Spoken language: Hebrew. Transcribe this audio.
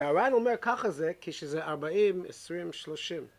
מר"ן אומר ככה זה כשזה 40, 20, 30...